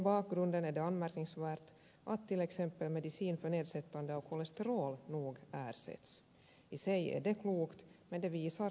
mot den bakgrunden är det anmärkningsvärt att till exempel medel för nedsättande av kolesterol nog ersätts